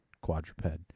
quadruped